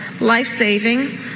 life-saving